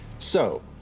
so